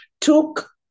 Took